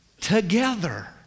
together